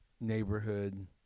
neighborhood